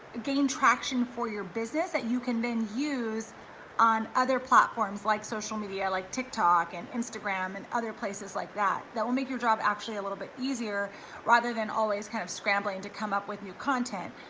gain traction for your business that you can then use on other platforms like social media, like tik tok and instagram and other places like that, that will make your job actually a little bit easier rather than always kind of scrambling to come up with new content.